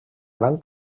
gran